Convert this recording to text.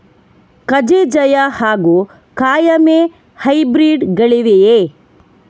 ಕಜೆ ಜಯ ಹಾಗೂ ಕಾಯಮೆ ಹೈಬ್ರಿಡ್ ಗಳಿವೆಯೇ?